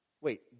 Wait